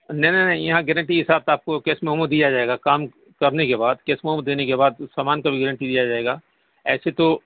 نہیں نہیں نہیں یہاں گیرنٹی کے ساتھ آپ کو کیش میمو دیا جائے گا کام کرنے کے بعد کیش میمو دینے کے بعد سامان کا بھی گیرنٹی دیا جائے گا ایسے تو